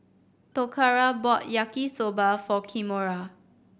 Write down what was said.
Toccara bought Yaki Soba for Kimora